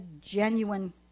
genuine